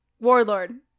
Warlord